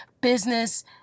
business